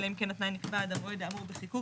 אלא אם כן התנאי נקבע עד המועד האמור בחיקוק